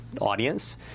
audience